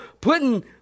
putting